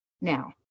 Now